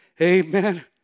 Amen